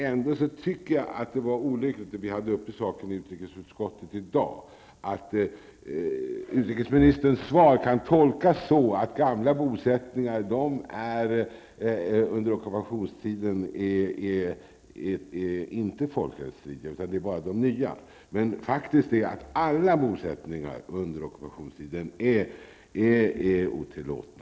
Ändå tycker jag att det var olyckligt -- vi hade den saken uppe till diskussion i utrikesutskottet i dag -- att utrikesministerns svar kan tolkas så att gamla bosättningar under ockupationstiden inte är i strid med folkrätten, utan bara de nya. Faktum är att alla bosättningar under ockupationstiden är otillåtna.